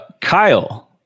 Kyle